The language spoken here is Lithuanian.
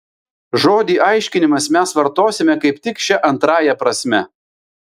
žodį aiškinimas mes vartosime kaip tik šia antrąja prasme